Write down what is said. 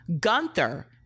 gunther